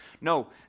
No